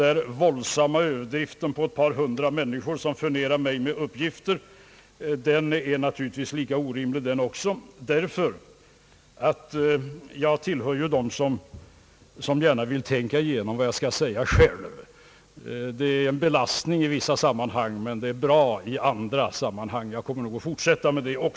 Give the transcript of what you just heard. Den våldsamma Ööverdriften att ett par hundra människor furnerar mig med uppgifter är naturligtvis lika orimlig, den också. Jag tillhör dem som gärna vill själv tänka igenom vad jag skall säga. Det är belastning i vissa sammanhang, men det är bra i andra sammanhang, och jag kommer nog att fortsätta med det.